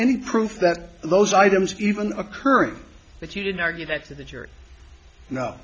any proof that those items even occur but you didn't argue that